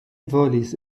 volis